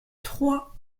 trois